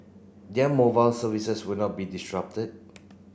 their mobile services will not be disrupted